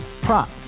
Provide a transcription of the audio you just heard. Prop